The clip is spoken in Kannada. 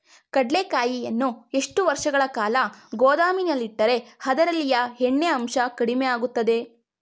ಕಡ್ಲೆಕಾಯಿಯನ್ನು ಎಷ್ಟು ವರ್ಷಗಳ ಕಾಲ ಗೋದಾಮಿನಲ್ಲಿಟ್ಟರೆ ಅದರಲ್ಲಿಯ ಎಣ್ಣೆ ಅಂಶ ಕಡಿಮೆ ಆಗುತ್ತದೆ?